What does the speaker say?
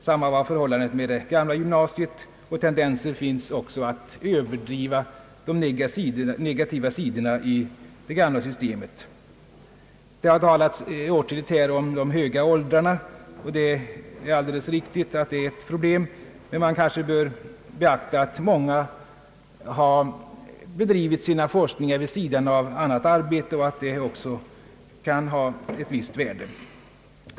Samma var förhållandet med det gamla gymnasiet, och tendenser finns att överdriva de negativa sidorna i det gamla systemet för forskarutbildning. Det har här talats åtskilligt om de höga åldrarna. Det är alldeles riktigt att detta kan vara ett problem, men man bör nog beakta att många har bedrivit sin forskning vid sidan av annat arbete, som i sig kan ha haft ett visst värde.